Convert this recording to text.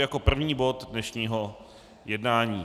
Jako první bod dnešního jednání.